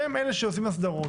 שהם אלה שעושים הסדרות.